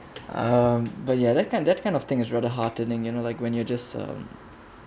um but yeah that kind that kind of thing is rather heartening you know like when you're just um